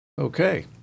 Okay